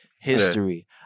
history